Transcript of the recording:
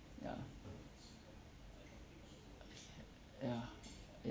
ya ya